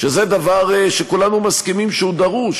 שזה דבר שכולנו מסכימים שהוא דרוש,